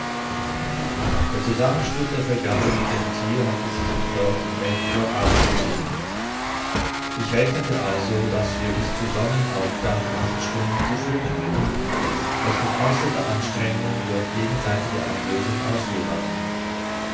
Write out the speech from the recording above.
der zusammenstoß der fregatte mit dem thier hatte sich etwa um elf uhr abends begeben ich rechnete also daß wir bis zu sonnenaufgang acht stunden zu schwimmen hätten was mit äußerster anstrengung durch gegenseitige ablösung ausführbar war